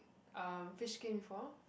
uh fish skin before